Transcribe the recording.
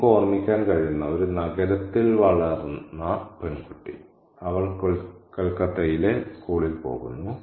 നമുക്ക് ഓർമിക്കാൻ കഴിയുന്ന ഒരു നഗരത്തിൽ വളർന്ന പെൺകുട്ടി അവൾ കൊൽക്കത്തയിലെ സ്കൂളിൽ പോകുന്നു